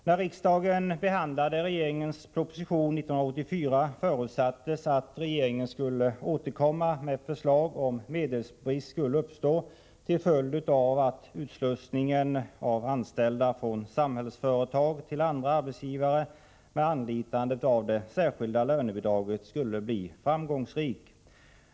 När riksdagen behandlade propositionen år 1984 förutsattes att regeringen skulle återkomma med förslag, om medelsbrist skulle uppstå till följd av att utslussningen av anställda från Samhällsfö till arbete på den ordinarie arbetsmarknaden retag till andra arbetsgivare med anlitande av det särskilda lönebidraget skulle bli framgångsrik.